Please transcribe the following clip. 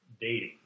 dating